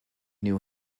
new